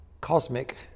cosmic